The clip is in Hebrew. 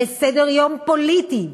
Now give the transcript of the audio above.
וסדר-יום פוליטי,